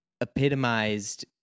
epitomized